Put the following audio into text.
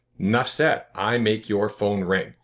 enough said. i make your phone ring.